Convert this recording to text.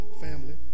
family